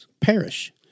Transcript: perish